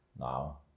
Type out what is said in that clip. now